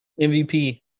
MVP